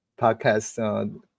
podcast